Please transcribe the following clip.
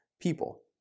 people